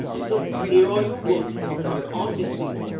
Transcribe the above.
look, here are your goods none are missing,